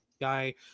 guy